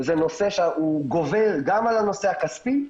וזה נושא שהוא גובל גם על הנושא הכספי,